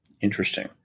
interesting